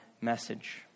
message